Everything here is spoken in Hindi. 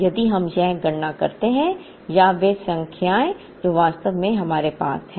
यदि हम यह गणना करते हैं या वे संख्याएँ जो वास्तव में हमारे पास हैं